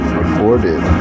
recorded